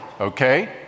okay